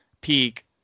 peak